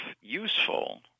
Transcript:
useful